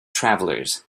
travelers